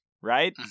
right